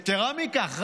יתרה מכך,